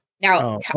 Now